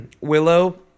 Willow